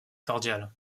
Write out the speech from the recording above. cordiales